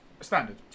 standard